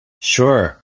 Sure